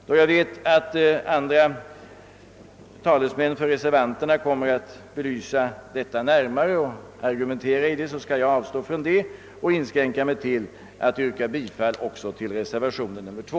Då jag vet att andra talesmän för reservanterna kommer att belysa denna fråga närmare skall jag avstå från att gå in på den och inskränker mig till att yrka bifall till reservationen 2.